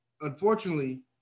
unfortunately